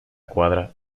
cuadra